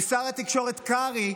ושר התקשורת קרעי,